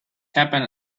happen